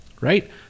Right